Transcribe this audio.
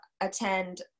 attend